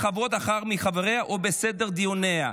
בכבוד אחד מחבריה או בסדר דיוניה".